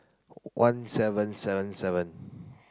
one seven seven seven